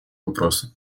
вопросам